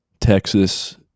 Texas